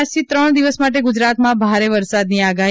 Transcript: આજથી ત્રણ દિવસ માટે ગુજરાતમાં ભારે વરસાદની આગાહી